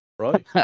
right